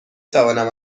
توانم